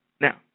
Now